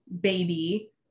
baby